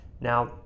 Now